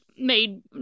made